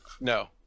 No